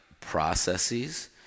processes